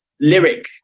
lyric